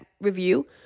review